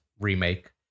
remake